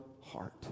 heart